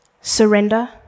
surrender